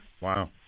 Wow